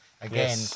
again